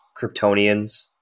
Kryptonians